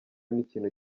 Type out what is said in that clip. n’ikintu